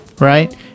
right